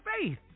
faith